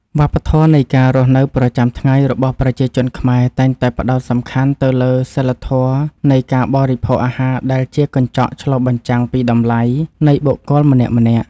វប្បធម៌នៃការរស់នៅប្រចាំថ្ងៃរបស់ប្រជាជនខ្មែរតែងតែផ្ដោតសំខាន់ទៅលើសីលធម៌នៃការបរិភោគអាហារដែលជាកញ្ចក់ឆ្លុះបញ្ចាំងពីតម្លៃនៃបុគ្គលម្នាក់ៗ។